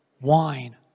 wine